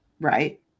right